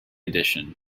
edition